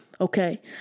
Okay